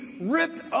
ripped